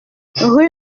rue